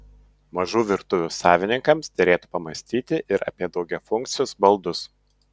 mažų virtuvių savininkams derėtų pamąstyti ir apie daugiafunkcius baldus